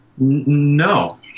No